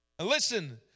Listen